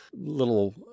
little